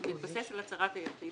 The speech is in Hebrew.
בהתבסס על הצהרת היחיד,